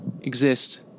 exist